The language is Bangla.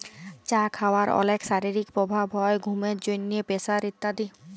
চা খাওয়ার অলেক শারীরিক প্রভাব হ্যয় ঘুমের জন্হে, প্রেসার ইত্যাদি